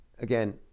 Again